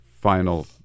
final